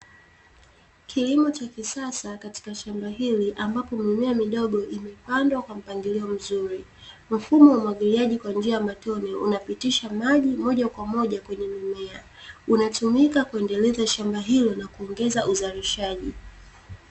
Kilimo cha kisasa katika shamba hili ambapo mimea midogo imepandwa kwa mpangilio mzuri, mfumo waumwagiliaji kwa njia ya matone unapitisha maji moja kwa moja kwenye mimea, unatumika kuendeleza shamba hilo la kuongeza uzalishaji.